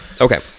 Okay